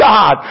God